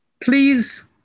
Please